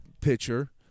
pitcher